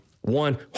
one